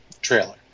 trailer